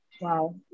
Wow